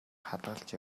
хадгалж